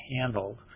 handled